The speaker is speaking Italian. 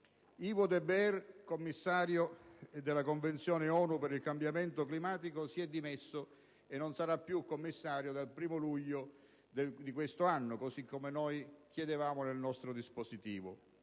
Yvo de Boer, commissario della Convenzione ONU per il cambiamento climatico, si è dimesso e non sarà più commissario dal 1° luglio di questo anno, così come chiedevamo nel nostro dispositivo;